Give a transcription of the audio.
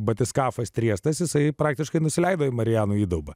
batiskafas triestas jisai praktiškai nusileido į marijanų įdaubą